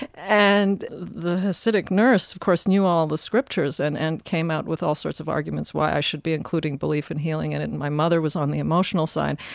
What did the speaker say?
and the hasidic nurse, of course, knew all the scriptures and and came out with all sorts of arguments why i should be including belief and healing and and my mother was on the emotional side.